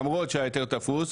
למרות שההיתר תפוס,